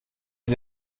sie